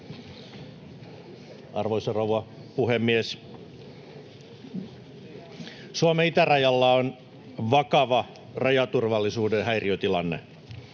Arvoisa rouva puhemies! Suomen itärajalla on vakava rajaturvallisuuden häiriötilanne.